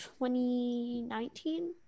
2019